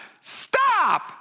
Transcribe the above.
stop